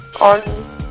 on